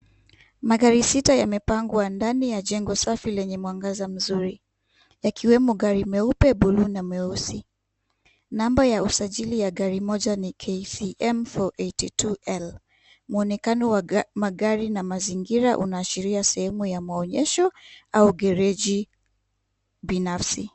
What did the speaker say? Magari sita yamepangwa ndani ya jengo Safi lenye mwangaza mzuri, yakiwemo gari meupe blue na meusi , namba ya usajili ya gari moja ni KCM 482L mwonekano wa magari na mazingira unaashiria sehemu ya maonyesho au gereji binafsi.